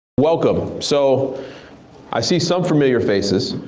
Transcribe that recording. welcome. so i see some familiar faces.